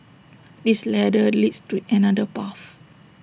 this ladder leads to another path